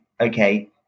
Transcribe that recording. okay